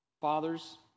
Fathers